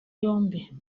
yombi